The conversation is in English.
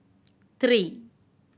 three